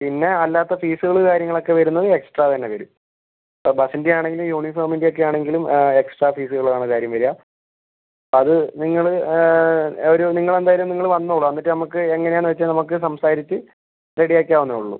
പിന്നെ അല്ലാത്ത ഫീസുകൾ കാര്യങ്ങൾ ഒക്കെ വരൂന്നത് എക്സ്ട്രാ തന്നെ വരും ഇപ്പം ബസ്സിൻ്റെ ആണെങ്കിലും യൂണിഫോമിൻ്റെ ഒക്കെ ആണെങ്കിലും എക്സ്ട്രാ ഫീസുകളാണ് കാര്യം വരുക അത് നിങ്ങൾ ഒരു നിങ്ങൾ എന്തായാലും വന്നോളൂ എന്നിറ്റ് നമക്ക് എങ്ങനെയാന്ന് വച്ചാ നമക്ക് സംസാരിച്ച് റെഡി ആക്കാവുന്നെ ഉള്ളൂ